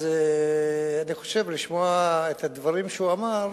אז אני חושב, לשמוע את הדברים שהוא אמר,